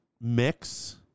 mix